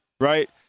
right